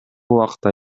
убакта